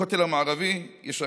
בכותל המערבי יש,